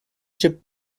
ship